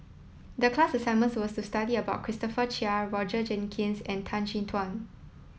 the class assignment was to study about Christopher Chia Roger Jenkins and Tan Chin Tuan